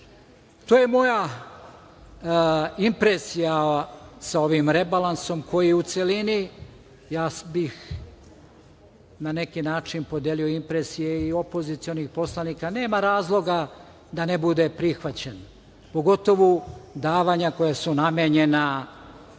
To je moja impresija sa ovim rebalansom koji u celini, ja bih na neki način podelio impresije i opozicionih poslanika, nema razloga da ne bude prihvaćen, pogotovo davanja koja su namenjena